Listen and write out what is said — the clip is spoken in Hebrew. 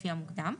לפי המוקדם.